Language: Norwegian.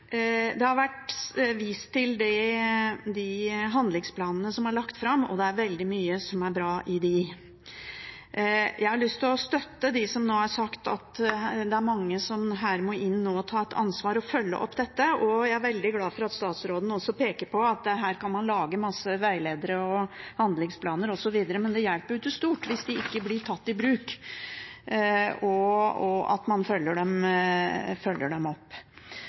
Det har vært vist til handlingsplanene som er lagt fram, og det er veldig mye som er bra i dem. Jeg har lyst å støtte dem som nå har sagt at det er mange her som nå må inn og ta et ansvar og følge opp dette, og jeg er veldig glad for at statsråden også peker på at man her kan lage mange veiledere, handlingsplaner osv., men det hjelper ikke stort hvis de ikke blir tatt i bruk og